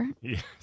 Yes